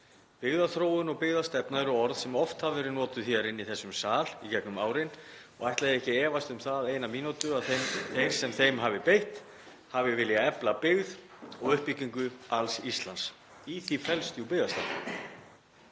Byggðaþróun og byggðastefna eru orð sem oft hafa verið notuð hér inni í þessum sal í gegnum árin og ætla ég ekki að efast um það eina mínútu að þeir sem þeim hafi beitt hafi viljað efla byggð og uppbyggingu alls Íslands. Í því felst jú byggðastefna.